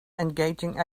engaging